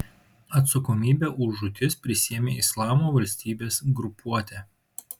atsakomybę už žūtis prisiėmė islamo valstybės grupuotė